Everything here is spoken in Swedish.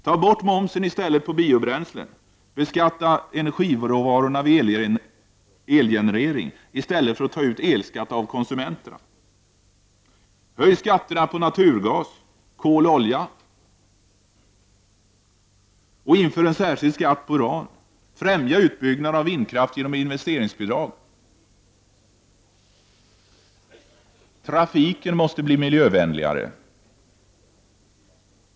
Ta bort momsen på biobränslen. Beskatta energiråvarorna vid elgenerering, i stället för att ta ut elskatt av konsumenterna. Höj skatterna på naturgas, kol och olja samt inför en särskild skatt på uran. Främja utbyggnaden av vindkraft genom investeringsbidrag. Trafiken måste bli miljövänligare.